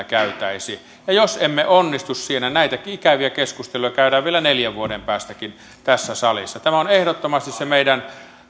käytäisi ja jos emme onnistu siinä näitä ikäviä keskusteluja käydään vielä neljän vuoden päästäkin tässä salissa tämä on ehdottomasti se meidän